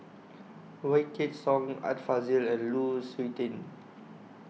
Wykidd Song Art Fazil and Lu Suitin